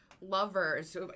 lovers